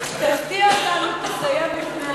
תפתיע אותנו ותסיים לפני הזמן.